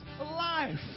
life